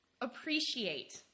appreciate